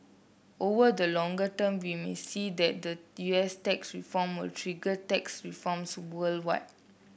over the longer term we may see that the U S tax reform will trigger tax reforms worldwide